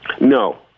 No